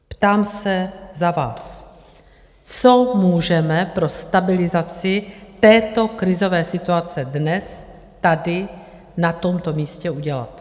Ptám se za vás: Co můžeme pro stabilizaci této krizové situace dnes tady na tomto místě udělat?